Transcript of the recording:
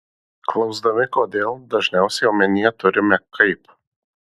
klausdami kodėl dažniausiai omenyje turime kaip